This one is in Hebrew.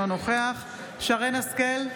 אינו נוכח שרן מרים השכל,